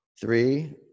three